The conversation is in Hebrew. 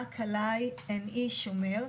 רק עליי אין שומר,